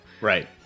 right